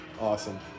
Awesome